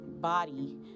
body